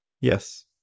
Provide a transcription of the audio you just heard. yes